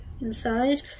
inside